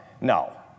No